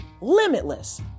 limitless